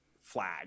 flag